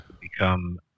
become